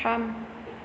थाम